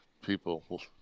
people